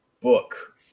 book